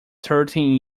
thirteen